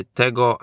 tego